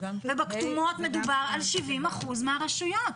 ובכתומות מדובר על 70 אחוזים מהרשויות.